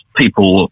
people